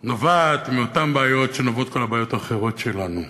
נובעת מאותן בעיות שמהן נובעות כל הבעיות האחרות שלנו.